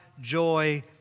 joy